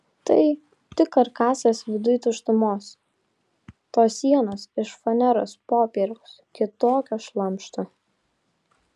tai tik karkasas viduj tuštumos tos sienos iš faneros popieriaus kitokio šlamšto